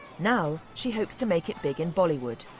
now she hopes to make it big in bollywood.